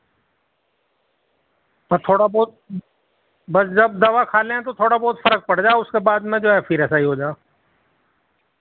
پر تھوڑا بہت بس جب دوا کھا لیں تو تھوڑا بہت فرق پڑ جاؤ اس کے بعد میں جو ہے پھر ایسا ہی ہو جاؤ